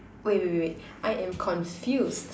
wait wait wait I am confused